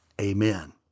amen